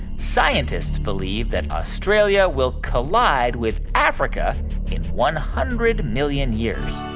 scientists believe that australia will collide with africa in one hundred million years?